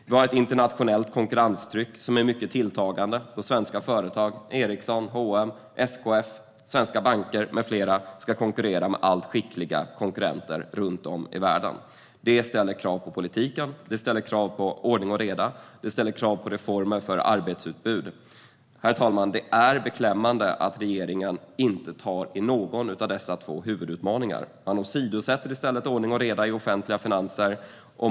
Vi har ett tilltagande internationellt konkurrenstryck där svenska företag såsom Ericson, H & M, SKF, svenska banker med flera ska konkurrera med allt skickligare konkurrenter runt om i världen. Det ställer krav på politiken. Det ställer krav på ordning och reda. Det ställer krav på reformer för arbetsutbudet. Herr talman! Det är beklämmande att regeringen inte tar itu med någon av dessa två huvudutmaningar. Man åsidosätter i stället ordning och reda i offentliga finanser.